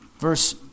Verse